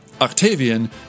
Octavian